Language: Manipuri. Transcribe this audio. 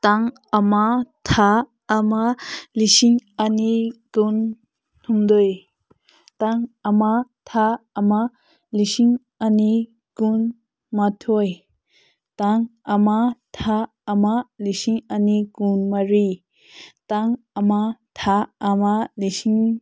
ꯇꯥꯡ ꯑꯃ ꯊꯥ ꯑꯃ ꯂꯤꯁꯤꯡ ꯑꯅꯤ ꯀꯨꯟꯍꯨꯝꯗꯣꯏ ꯇꯥꯡ ꯑꯃ ꯊꯥ ꯑꯃ ꯂꯤꯁꯤꯡ ꯑꯅꯤ ꯀꯨꯟ ꯃꯥꯊꯣꯏ ꯇꯥꯡ ꯑꯃ ꯊꯥ ꯑꯃ ꯂꯤꯁꯤꯡ ꯑꯅꯤ ꯀꯨꯟ ꯃꯔꯤ ꯇꯥꯡ ꯑꯃ ꯊꯥ ꯑꯃ ꯂꯤꯁꯤꯡ